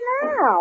now